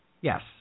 Yes